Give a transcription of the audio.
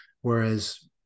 whereas